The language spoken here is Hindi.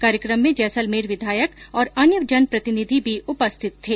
कार्यक्रम में जैसलमेर विधायक और अन्य जनप्रतिनिधि भी उपस्थित थे